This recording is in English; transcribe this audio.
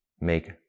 make